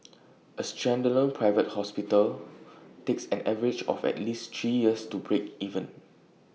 A standalone private hospital takes an average of at least three years to break even